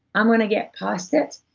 i'm gonna get past it,